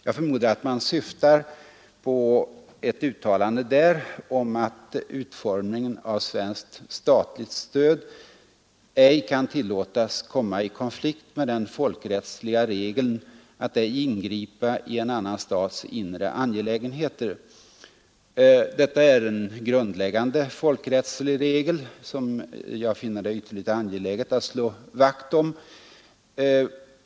Jag förmodar att man syftar på uttalandet att ”utformningen av svenskt statligt stöd ej kan tillåtas komma i konflikt med den folkrättsliga regeln att ej ingripa i en annan stats inre angelägenheter”. Det är en grundläggande folkrättslig regel, som jag finner det angeläget att slå vakt om.